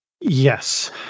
Yes